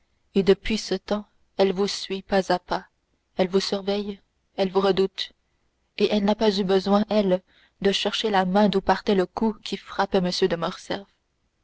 et depuis ce temps elle vous suit pas à pas elle vous surveille elle vous redoute et elle n'a pas eu besoin elle de chercher la main d'où partait le coup qui frappait m de morcerf